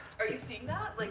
are you seeing that? like